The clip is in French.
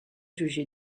jugé